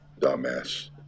Dumbass